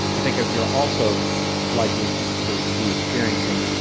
i think as you are also likely to be experiencing,